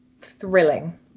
thrilling